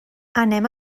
anem